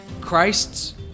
Christ's